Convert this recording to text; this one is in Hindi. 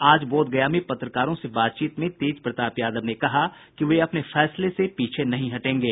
आज बोधगया में पत्रकारों से बातचीत में तेजप्रताप यादव ने कहा है कि वे अपने फैसले से पीछे नहीं हटेंगे